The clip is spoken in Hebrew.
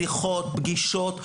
שיחות, פגישות.